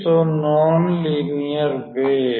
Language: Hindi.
तो नॉन लीनियर वेव्स